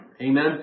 Amen